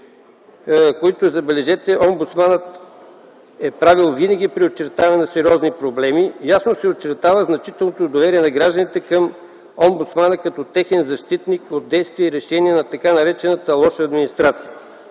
които, забележете, омбудсманът е правил винаги при очертаване на сериозни проблеми, ясно се очертава значителното доверие на гражданите към омбудсмана като техен защитник от действия и решения на така наречената лоша администрация.